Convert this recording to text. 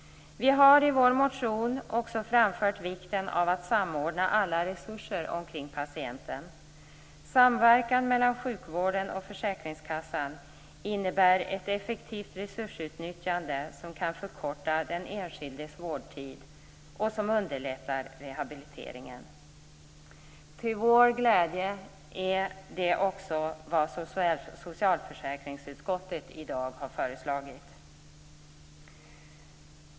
Vi har i vår motion också framfört vikten av att samordna alla resurser omkring patienten. Samverkan mellan sjukvården och försäkringskassan innebär ett effektivt resursutnyttjande som kan förkorta den enskildes vårdtid och som underlättar rehabiliteringen. Till vår glädje är det också vad socialförsäkringsutskottet i dag föreslår.